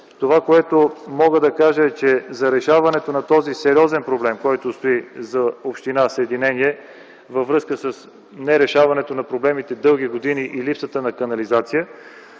Това, което мога да кажа, е, че за решаването на този сериозен проблем, който стои пред община Съединение, във връзка с нерешаването дълги години на проблемите и липсата на канализация,